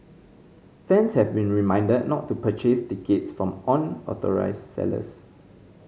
fans have been reminded not to purchase tickets from unauthorised sellers